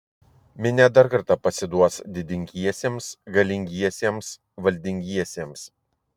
minia dar kartą pasiduos didingiesiems galingiesiems valdingiesiems